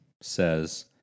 says